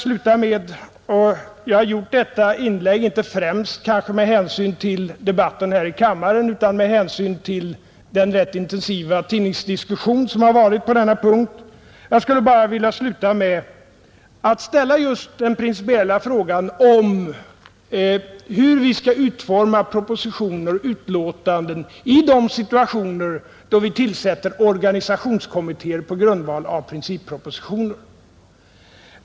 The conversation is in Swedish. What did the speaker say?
Jag har gjort detta inlägg kanske inte främst med hänsyn till debatten här i kammaren utan med hänsyn till den rätt intensiva tidningsdiskussion som förekommit på denna punkt. Jag skulle vilja sluta med att ställa den principiella frågan hur vi skall utforma propositioner och betänkanden i de situationer där vi tillsätter organisationskommittéer på grundval av principuttalanden.